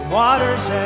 water's